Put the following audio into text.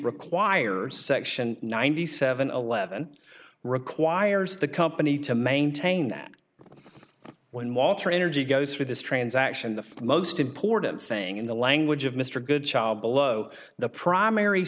requires section ninety seven eleven requires the company to maintain that when walter energy goes for this transaction the most important thing in the language of mr goodchild below the primary